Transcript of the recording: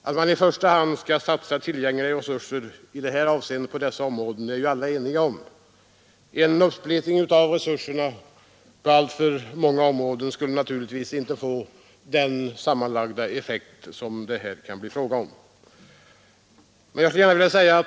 Att man i första hand skall satsa tillgängliga resurser i dessa områden är vi ju alla eniga om. En uppsplittring av resurserna på alltför många områden skulle naturligtvis inte få den sammanlagda effekt som det här kan bli fråga om.